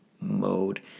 mode